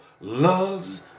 loves